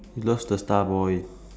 you love the star boy